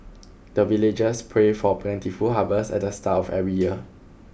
the villagers pray for plentiful harvest at the start of every year